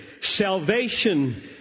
salvation